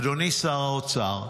אדוני שר האוצר,